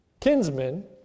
kinsmen